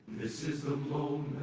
this is the moment.